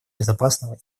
безопасного